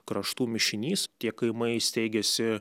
kraštų mišinys tie kaimai steigėsi